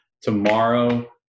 tomorrow